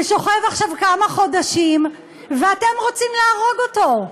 ושוכב עכשיו כמה חודשים, ואתם רוצים להרוג אותו.